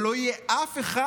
ולא יהיה אף אחד,